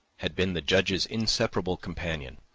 had been the judge's inseparable companion,